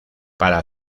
para